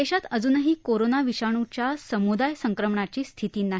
देशात अजूनही कोरोना विषाणूच्या समुदाय संक्रमणाची स्थिती नाही